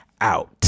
out